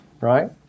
Right